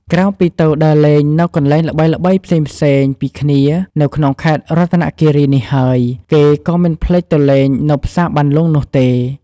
ក្រៅពីទៅដើរលេងនៅកន្លែងល្បីៗផ្សេងៗពីគ្នានៅក្នុងខេត្តរតនគីរីនេះហើយ គេក៏មិនភ្លេចទៅលេងនៅផ្សារបានលុងនោះទេ។